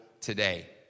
today